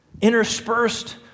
interspersed